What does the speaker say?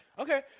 Okay